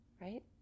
right